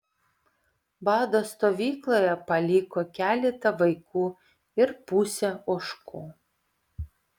bado stovykloje paliko keletą vaikų ir pusę ožkų